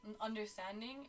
understanding